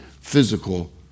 physical